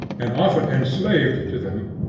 and often enslaved to them,